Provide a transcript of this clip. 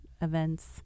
events